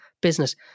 business